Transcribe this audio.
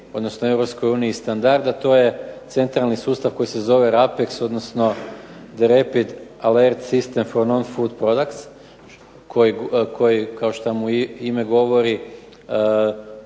uniji standard a to je centralni sustav koji se zove RAPEX odnosno "The rapid alert system for non food products" koji kao što mu ime govori